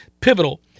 pivotal